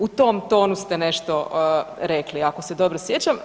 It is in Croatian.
U tom tonu ste nešto rekli ako se dobro sjećam.